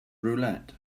roulette